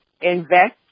invest